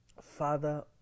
Father